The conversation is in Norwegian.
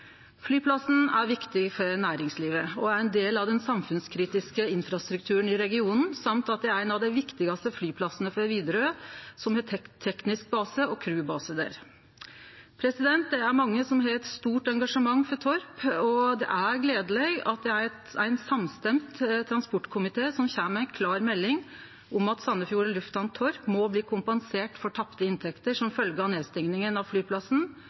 Flyplassen er viktig for næringslivet og er ein del av den samfunnskritiske infrastrukturen i regionen. Det er dessutan ein av dei viktigaste flyplassane for Widerøe, som har teknisk base og crew-base der. Det er mange som har eit stort engasjement for Torp, og det er gledeleg at det er ein samstemt transportkomité som kjem med ei klar melding om at Sandefjord lufthamn Torp må bli kompensert for tapte inntekter som følgje av nedstenginga av flyplassen,